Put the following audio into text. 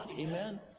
Amen